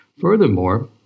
Furthermore